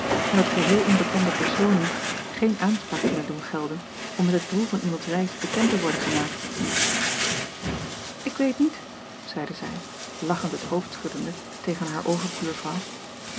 en dat geheel onbekende personen geen aanspraak kunnen doen gelden om met het doel van iemands reis bekend te worden gemaakt k weet niet zeide zij lachend het hoofd schuddende tegen haar overbuurvrouw